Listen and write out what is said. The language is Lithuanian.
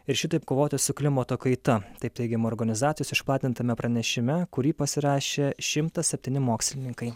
ir šitaip kovoti su klimato kaita taip teigiama organizacijos išplatintame pranešime kurį pasirašė šimtas septyni mokslininkai